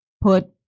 put